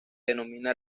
denomina